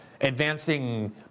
advancing